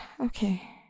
Okay